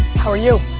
how are you?